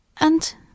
And—